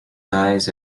dies